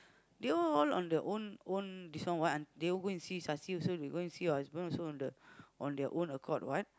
they all all on their own own this one what they won't go and see Sasi also we go and see your husband also on the on their own accord what